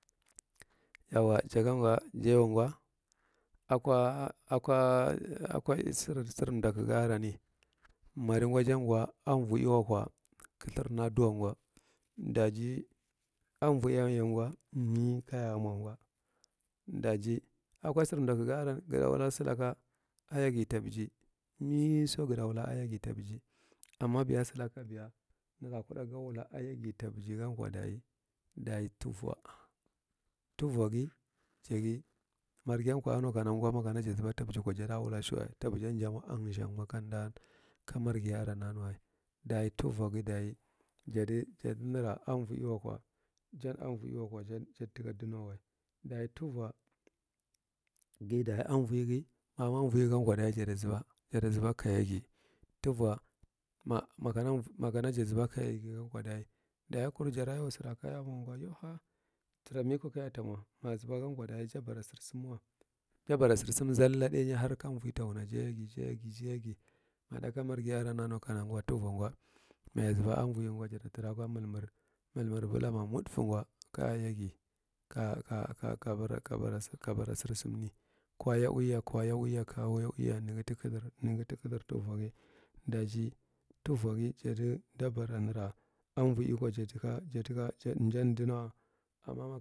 Mth yowa jaganngwa ja yau akwa, akwas sar mdakuga arani madama jangwa anvuiwakwa kalthirni daji anuuiyanye mi kayamwangwa? Baji akwa sarmdakugararahi sada wula salaka ciyagi ta biji. Miso gadawula ayagi ta biji mth amma biya balalan biya nara kuɗa ga wala adi. Nara, kuɗa gawulu anyagita ta biji gankaa dayi dayi tuuwa. Tuuwagi marghi yankwa anukana maja zabata bijkwa jada wula sawa. Ta bijan jamwa antsangwa kamda, kamarghi aran anuwa. Dayi tuvwagi dayi jada jada nara amvwuiwakwa jan amvuiwakwa jad jada taka duno wa. Dayi tuvwa mth, mth dayi amvuigi mamwa anvuigi jada zaba, jada zaba ka yagi. Tuuwa ma, makana vu, makana jazaba ka yagi gankwa dayi. Dayi kura jara yusara kayamwa nga yo, ha, taramiko ka ta mwa? Mazabankwa dayi ja bara barbamngwa. Jabara sarsam zalla ɗainya har ka umvita wuna. ɗayesi, ja yegi, jayegi ma ɗakana marghi aran a nukanangwa tuuwa ngwa maye zaba anvuirgwa, juda tara akwa malmar, malmar. Bulama mudfagwa kaya yagi ka, ka, ka bara ba, kabara, kabarsa kabara sarsamni, kwa ya uiya, kwaya uiya, ka ya uiya, naga ta kathir naga ta kathir tuuwagi daji tuuwagijadi dabbara nara anvuikwa ja taka, ja taka, jad, jan dunowa amma ma.